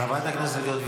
חברת הכנסת גוטליב,